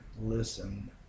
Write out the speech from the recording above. listen